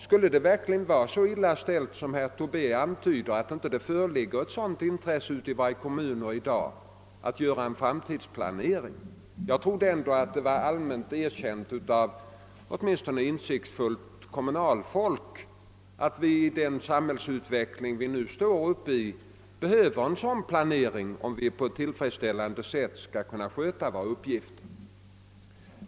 Skulle det verkligen vara så illa ställt som herr Tobé antyder, att det inte föreligger ett intresse ute i kom munerna i dag att genomföra en framtidsplanering? Jag trodde ändå att det var allmänt erkänt åtminstone av insiktsfullt kommunalfolk att vi i den nuvarande samhällsutvecklingen behöver en sådan planering, om vi på ett tillfredsställande sätt skall kunna sköta våra uppgifter.